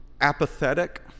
apathetic